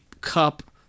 cup